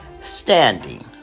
Standing